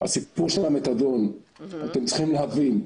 הסיפור של המתדון- אתם צריכים להבין,